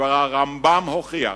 כבר הרמב"ם הוכיח